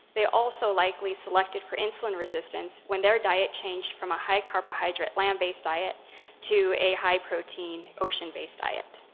they also likely selected for insulin resistance when their diet change from a high carbohydrate land based diet to a high protein ocean based diet.